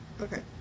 Okay